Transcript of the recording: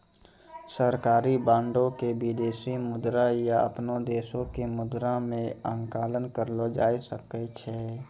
सरकारी बांडो के विदेशी मुद्रा या अपनो देशो के मुद्रा मे आंकलन करलो जाय सकै छै